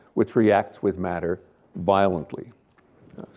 which reacts with matter violently.